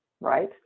right